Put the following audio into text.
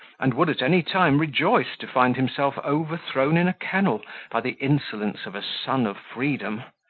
and would at any time rejoice to find himself overthrown in a kennel by the insolence of a son of freedom,